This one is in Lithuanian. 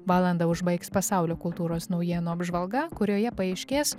valandą užbaigs pasaulio kultūros naujienų apžvalga kurioje paaiškės